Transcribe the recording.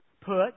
Put